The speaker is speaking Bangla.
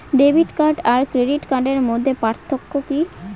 ডেবিট কার্ড আর ক্রেডিট কার্ডের মধ্যে পার্থক্য কি?